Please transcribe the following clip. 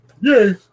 Yay